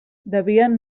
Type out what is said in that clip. devien